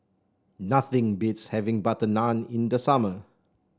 nothing beats having butter naan in the summer